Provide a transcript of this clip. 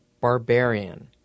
Barbarian